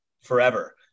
forever